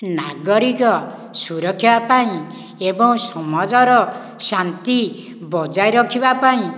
ନାଗରିକ ସୁରକ୍ଷା ପାଇଁ ଏଵଂ ସମାଜର ଶାନ୍ତି ବଜାଇ ରଖିବା ପାଇଁ